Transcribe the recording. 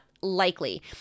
likely